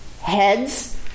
heads